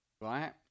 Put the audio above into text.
right